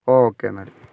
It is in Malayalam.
ഓകെ എന്നാൽ